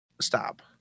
stop